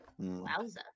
Wowza